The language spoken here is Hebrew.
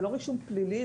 זה לא רישום פלילי,